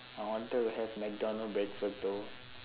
I wanted to have McDonald breakfast though